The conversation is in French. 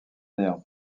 néant